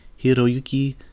Hiroyuki